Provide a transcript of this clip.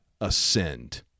ascend